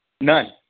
None